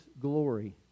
glory